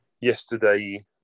yesterday